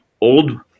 old